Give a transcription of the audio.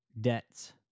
debts